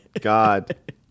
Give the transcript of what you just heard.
God